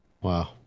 Wow